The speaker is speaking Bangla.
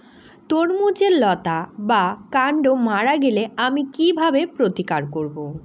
তরমুজের লতা বা কান্ড মারা গেলে আমি কীভাবে প্রতিকার করব?